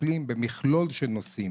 שמטפלים במכלול של נושאים,